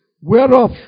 whereof